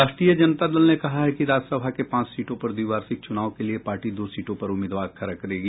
राष्ट्रीय जनता दल ने कहा है कि राज्यसभा के पांच सीटों पर द्विवार्षिक चूनाव के लिये पार्टी दो सीटों पर उम्मीदवार खड़ा करेगी